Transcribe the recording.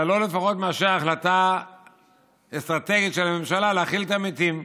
אלא לא פחות מאשר החלטה אסטרטגית של הממשלה להכיל את המתים.